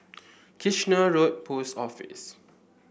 Kitchener Road Post Office